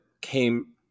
came